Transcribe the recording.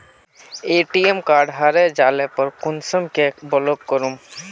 ATM card हरे जाले पर कुंसम के ब्लॉक करूम?